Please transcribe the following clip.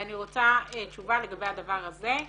ואני רוצה תשובה לגבי הדבר הזה,